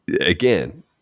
again